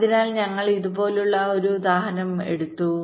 അതിനാൽ ഞങ്ങൾ ഇതുപോലുള്ള ഒരു ഉദാഹരണം എടുത്തു